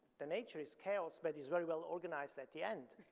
the nature is chaos but it is very well organized at the end.